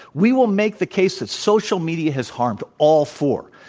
we will make the case that social media has harmed all four.